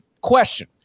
Question